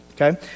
Okay